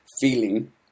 feeling